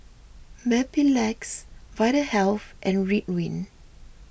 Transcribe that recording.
Mepilex Vitahealth and Ridwind